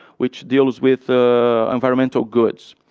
which deals with environmental goods.